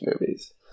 movies